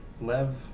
lev